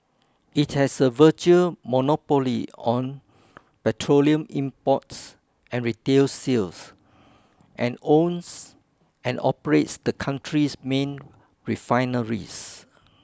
it has a virtual monopoly on petroleum imports and retail sales and owns and operates the country's main refineries